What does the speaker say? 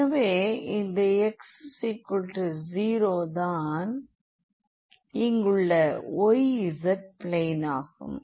எனவே இந்த x0 தான் இங்குள்ள y z பிளேன் ஆகும்